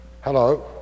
Hello